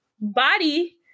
body